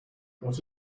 what